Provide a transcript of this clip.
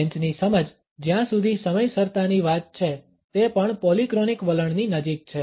ફ્રેન્ચની સમજ જ્યાં સુધી સમયસરતાની વાત છે તે પણ પોલીક્રોનિક વલણની નજીક છે